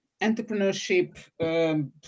entrepreneurship